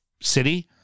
City